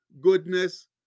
goodness